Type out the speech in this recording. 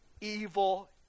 evil